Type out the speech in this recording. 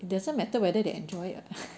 it doesn't matter whether they enjoy it